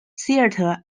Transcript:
theatre